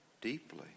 deeply